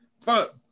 Fuck